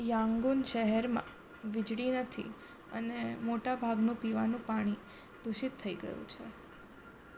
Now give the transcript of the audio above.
Yangon શહેરમાં વીજળી નથી અને મોટાભાગનું પીવાનું પાણી દૂષિત થઈ ગયું છે